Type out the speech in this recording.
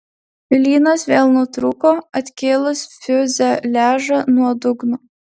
lynas vėl nutrūko atkėlus fiuzeliažą nuo dugno